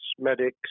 medics